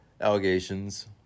allegations